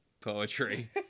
poetry